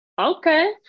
okay